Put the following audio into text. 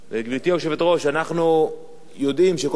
אנחנו יודעים שכל מי שדיבר בנושא הזה,